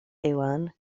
iwan